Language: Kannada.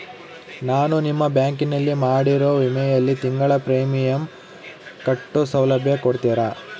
ನಾನು ನಿಮ್ಮ ಬ್ಯಾಂಕಿನಲ್ಲಿ ಮಾಡಿರೋ ವಿಮೆಯಲ್ಲಿ ತಿಂಗಳ ಪ್ರೇಮಿಯಂ ಕಟ್ಟೋ ಸೌಲಭ್ಯ ಕೊಡ್ತೇರಾ?